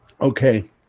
okay